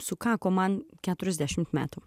sukako man keturiasdešimt metų